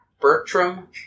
Bertram